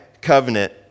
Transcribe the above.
covenant